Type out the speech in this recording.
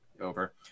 over